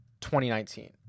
2019